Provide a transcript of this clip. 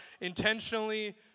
intentionally